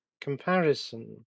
comparison